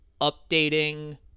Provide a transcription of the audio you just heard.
updating